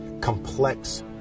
complex